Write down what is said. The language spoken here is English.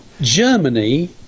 Germany